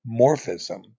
morphism